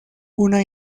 una